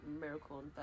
Miracle